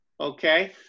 Okay